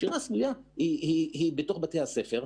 כי הנשירה הסמויה היא בתוך בתי הספר.